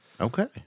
Okay